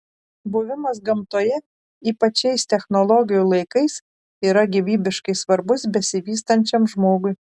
buvimas gamtoje ypač šiais technologijų laikais yra gyvybiškai svarbus besivystančiam žmogui